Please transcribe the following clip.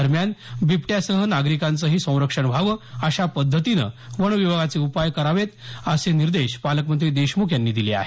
दरम्यान बिबट्यासह नागरीकांचंही संरक्षण व्हावं अशा पध्दतीने वन विभागाने उपाय करावेत असे निर्देश पालकमंत्री देशमुख यांनी दिले आहेत